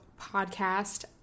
podcast